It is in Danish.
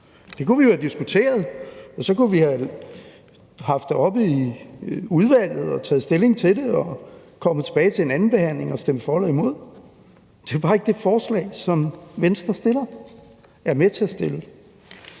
Det kunne vi jo have diskuteret, og så kunne vi have haft det oppe i udvalget og taget stilling til det og komme tilbage til en andenbehandling og stemme for eller imod. Det er bare ikke det forslag, som Venstre er med til at